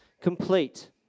complete